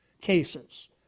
cases